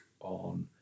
on